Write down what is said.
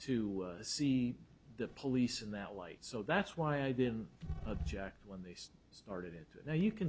to see the police in that light so that's why i didn't object when this started now you can